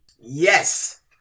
Yes